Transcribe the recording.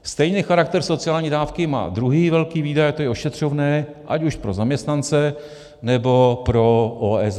Stejný charakter sociální dávky má druhý velký výdaj, to je ošetřovné ať už pro zaměstnance, nebo pro OSVČ.